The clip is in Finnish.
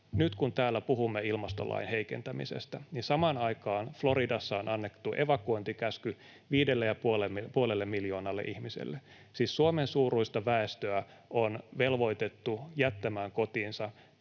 nyt kun täällä puhumme ilmastolain heikentämisestä, niin samaan aikaan Floridassa on annettu evakuointikäsky viidelle ja puolelle miljoonalle ihmiselle — siis Suomen suuruista väestöä on velvoitettu jättämään kotinsa